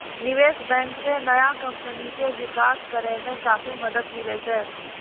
निबेश बेंक से नया कमपनी के बिकास करेय मे काफी मदद मिले छै